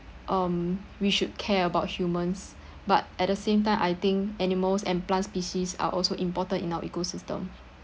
um we should care about humans but at the same time I think animals and plants species are also important in our ecosystem